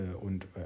und